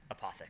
Apothic